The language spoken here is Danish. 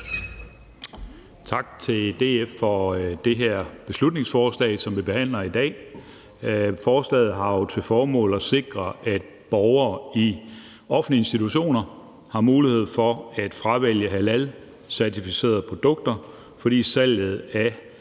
Tak til DF for det beslutningsforslag, som vi behandler i dag. Forslaget har jo til formål at sikre, at borgere i offentlige institutioner har mulighed for at fravælge halalcertificerede produkter, fordi salget af